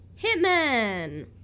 Hitman